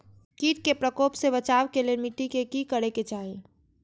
किट के प्रकोप से बचाव के लेल मिटी के कि करे के चाही?